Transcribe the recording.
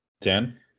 Dan